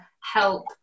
help